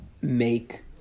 make